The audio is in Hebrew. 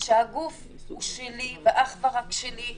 שהגוף הוא שלי ואך ורק שלי.